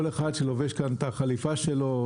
כל אחד שלובש את החליפה שלו,